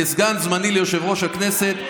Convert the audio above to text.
כסגן זמני ליושב-ראש הכנסת.